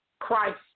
Christ